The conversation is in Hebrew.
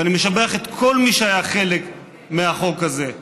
ואני משבח את כל מי שהיה חלק מהחוק הזה: